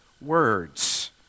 words